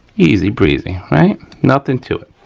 easy breezy, right. nothing to it.